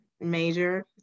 major